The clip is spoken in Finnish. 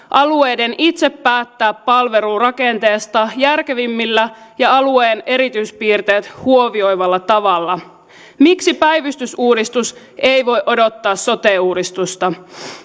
alueiden itse päättää palvelurakenteesta järkevimmillä ja alueen erityispiirteet huomioivalla tavalla miksi päivystysuudistus ei voi odottaa sote uudistusta